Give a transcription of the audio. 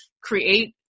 create